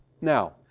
now